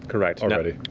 correct. ah but yeah,